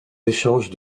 échanges